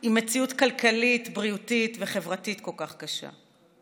עם מציאות כלכלית, בריאותית וחברתית כל כך קשה.